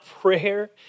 prayer